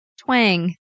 twang